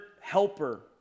helper